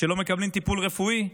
כשלא מקבלים טיפול רפואי,